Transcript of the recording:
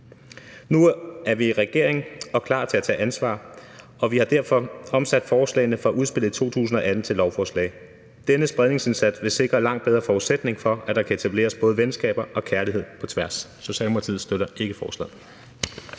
Nu er vi i regering og klar til at tage ansvar, og vi har derfor omsat forslagene fra udspillet i 2018 til lovforslag. Denne spredningsindsats vil sikre langt bedre forudsætninger for, at der kan etableres både venskaber og kærlighed på tværs. Socialdemokratiet støtter ikke forslaget.